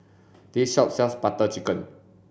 this shop sells Butter Chicken